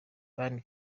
ban